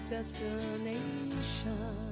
Destination